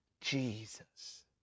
Jesus